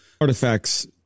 artifacts